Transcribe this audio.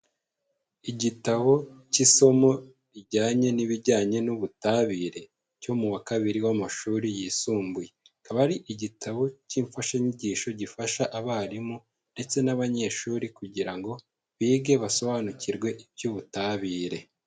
Igitabo cy'isomo rijyanye n'ibijyanye n'ubutabire, cyo mu wa kabiri w'amashuri yisumbuye. Akaba ari igitabo cy'imfashanyigisho gifasha abarimu, ndetse n'abanyeshuri kugira ngo bige basobanukirwe iby'ubutabire.